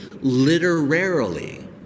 literarily